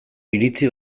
iritzi